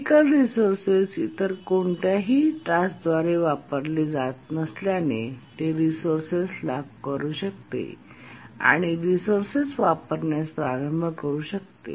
critical resources इतर कोणत्याही टास्कद्वारे वापरले जात नसल्याने ते रिसोर्सेस लॉक करू शकते आणि रिसोर्सेस वापरण्यास प्रारंभ करू शकते